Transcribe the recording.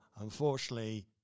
unfortunately